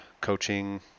coaching